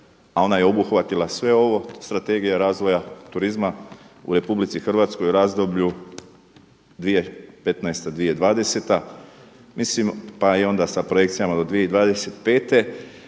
a ona je obuhvatila sve ovo, Strategija razvoja turizma u RH u razdoblju 2015. – 2020. Mislim pa i onda sa projekcijama do 2025.